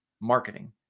marketing